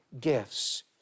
gifts